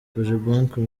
cogebanque